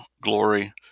glory